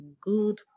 good